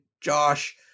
Josh